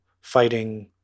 fighting